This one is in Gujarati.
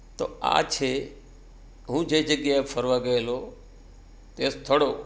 તો આ છે હું જે જગ્યાએ ફરવા ગયેલો તે સ્થળો